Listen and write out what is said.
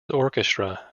orchestra